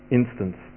instance